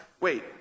wait